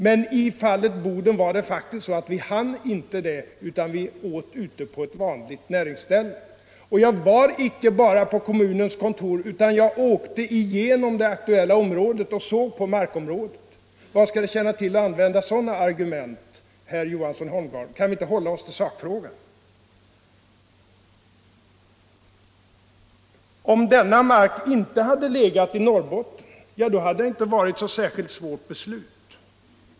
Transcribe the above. Men i fallet Boden var det faktiskt så att vi inte hann det utan åt på ett vanligt näringsställe. Jag var inte bara på kommunens kontor, utan åkte igenom det aktuella området och såg på marken. Vad skall det tjäna till att använda sådana här argument, herr Johansson i Holmgården? Kan vi inte hålla oss till sakfrågan? Om inte denna mark hade legat i Norrbotten, ja, då hade det inte varit ett särskilt svårt beslut.